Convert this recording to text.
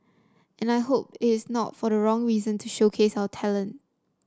and I hope it is not for the wrong reason to showcase our talent